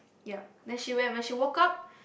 ya then she when and when she woke up